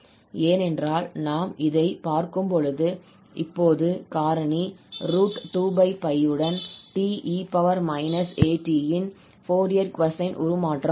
ஏனென்றால் நாம் இதைப் பார்க்கும் பொழுது இப்போது காரணி2 உடன் 𝑡𝑒−𝑎𝑡 இன் ஃபோரியர் கொசைன் உருமாற்றம் ஆகும்